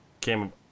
came